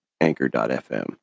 Anchor.fm